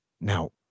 Now